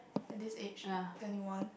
at this age twenty one